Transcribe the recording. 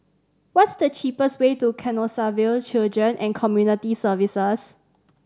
what's the cheapest way to Canossaville Children and Community Services